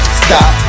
stop